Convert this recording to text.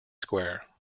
square